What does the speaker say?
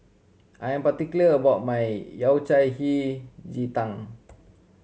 I am particular about my Yao Cai Hei Ji Tang